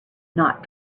not